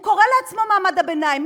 הוא קורא לעצמו מעמד הביניים,